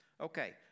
Okay